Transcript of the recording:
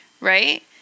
Right